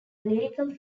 lyrical